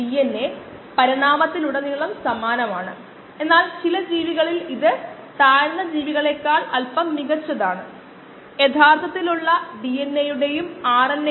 303kdxv0xv പ്രവർത്തനക്ഷമമായ കോശങ്ങളുടെ സാന്ദ്രത അതിന്റെ യഥാർത്ഥ മൂല്യത്തിന്റെ 0